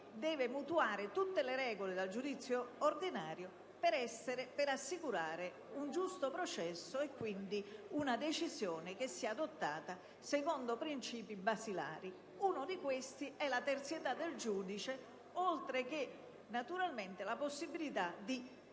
deve mutuare tutte le regole dal giudizio ordinario per assicurare un giusto processo e quindi una decisione che sia adottata secondo principi costituzionali. Uno di questi è la terzietà del giudice oltre che, naturalmente, la possibilità di